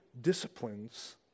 disciplines